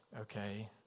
okay